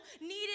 needed